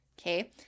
okay